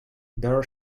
there